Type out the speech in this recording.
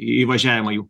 įvažiavimą jų